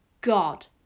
God